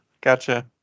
Gotcha